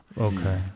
okay